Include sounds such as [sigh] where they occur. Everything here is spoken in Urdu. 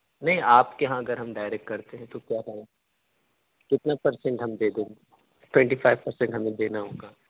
نہیں آپ کے یہاں اگر ہم ڈائریکٹ کرتے ہیں تو کیا [unintelligible] کتنا پرسینٹ ہم دے دیں ٹونٹی فائیو پرسینٹ ہمیں دینا ہوگا